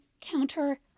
counter